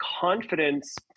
confidence